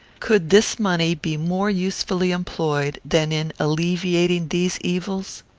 could this money be more usefully employed than in alleviating these evils?